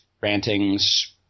rantings